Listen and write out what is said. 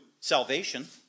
salvation